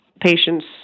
patients